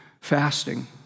fasting